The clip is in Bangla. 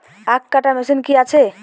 আখ কাটা মেশিন কি আছে?